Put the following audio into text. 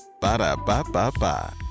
Ba-da-ba-ba-ba